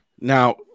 now